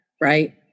Right